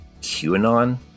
QAnon